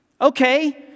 Okay